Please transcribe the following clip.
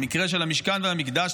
במקרה של המשכן והמקדש,